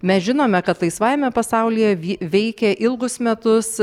mes žinome kad laisvajame pasaulyje veikė ilgus metus